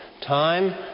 Time